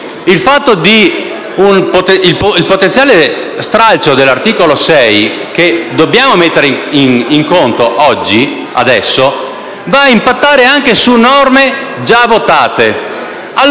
il potenziale stralcio dell'articolo 6, che adesso dobbiamo mettere in conto, va a impattare anche su norme già votate.